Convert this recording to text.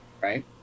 right